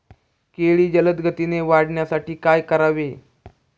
केळी जलदगतीने वाढण्यासाठी काय करावे?